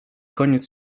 koniec